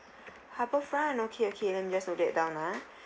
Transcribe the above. harbour front okay okay let me just note that down ah